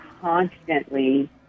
constantly